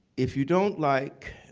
if you don't like